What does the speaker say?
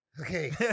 Okay